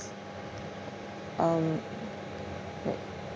um wait